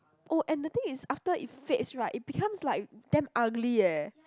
oh and the thing is after it fades right it becomes like damn ugly eh